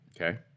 Okay